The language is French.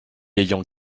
ayant